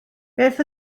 beth